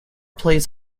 plays